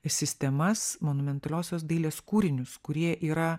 sistemas monumentaliosios dailės kūrinius kurie yra